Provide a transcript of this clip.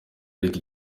ariko